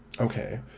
Okay